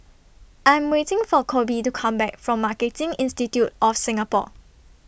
I'm waiting For Koby to Come Back from Marketing Institute of Singapore